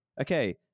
okay